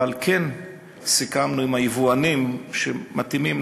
אבל כן סיכמנו עם היבואנים שמתאימים